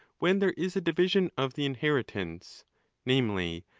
when there is a division of the inheritance namely,